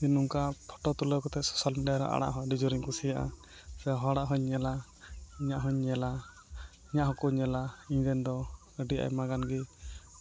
ᱡᱮ ᱱᱚᱝᱠᱟ ᱯᱷᱚᱴᱳ ᱛᱩᱞᱟᱹᱣ ᱠᱟᱛᱮᱫ ᱥᱳᱥᱟᱞ ᱢᱤᱰᱭᱟᱨᱮ ᱟᱲᱟᱜ ᱦᱚᱸ ᱟᱹᱰᱤ ᱡᱳᱨᱤᱧ ᱠᱩᱥᱤᱭᱟᱜᱼᱟ ᱥᱮ ᱦᱚᱲᱟᱜ ᱦᱩᱧ ᱧᱮᱞᱟ ᱤᱧᱟᱹᱜ ᱦᱩᱧ ᱧᱮᱞᱟ ᱤᱧᱟᱹᱜ ᱦᱚᱸᱠᱚ ᱧᱮᱞᱟ ᱤᱧ ᱨᱮᱱ ᱫᱚ ᱟᱹᱰᱤ ᱟᱭᱢᱟ ᱜᱟᱱ ᱜᱮ